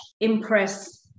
impress